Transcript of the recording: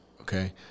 okay